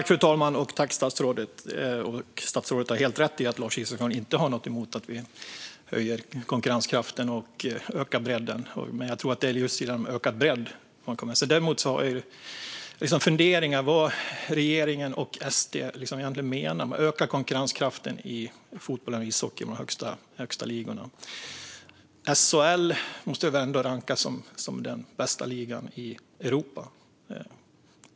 Fru talman! Statsrådet har helt rätt i att Lars Isacsson inte har något emot att vi höjer konkurrenskraften och ökar bredden. Jag tror att det är just ökad bredd det handlar om. Däremot har jag vissa funderingar på vad regeringen och SD egentligen menar med att öka konkurrenskraften i fotbollens och ishockeyns högsta ligor. SHL måste väl ändå rankas som den bästa ligan i Europa.